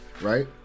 Right